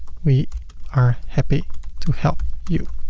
we are happy to help you.